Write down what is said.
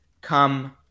come